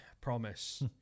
promise